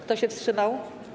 Kto się wstrzymał?